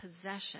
possession